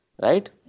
Right